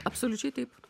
absoliučiai taip